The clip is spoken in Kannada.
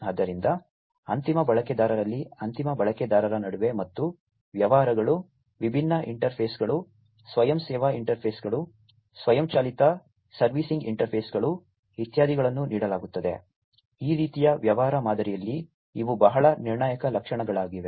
ಆದ್ದರಿಂದ ಅಂತಿಮ ಬಳಕೆದಾರರಲ್ಲಿ ಅಂತಿಮ ಬಳಕೆದಾರರ ನಡುವೆ ಮತ್ತು ವ್ಯವಹಾರಗಳು ವಿಭಿನ್ನ ಇಂಟರ್ಫೇಸ್ಗಳು ಸ್ವಯಂ ಸೇವಾ ಇಂಟರ್ಫೇಸ್ಗಳು ಸ್ವಯಂಚಾಲಿತ ಸರ್ವಿಸಿಂಗ್ ಇಂಟರ್ಫೇಸ್ಗಳು ಇತ್ಯಾದಿಗಳನ್ನು ನೀಡಲಾಗುತ್ತದೆ ಈ ರೀತಿಯ ವ್ಯವಹಾರ ಮಾದರಿಯಲ್ಲಿ ಇವು ಬಹಳ ನಿರ್ಣಾಯಕ ಲಕ್ಷಣಗಳಾಗಿವೆ